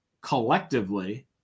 collectively